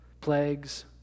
plagues